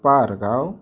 Pargaon